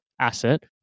asset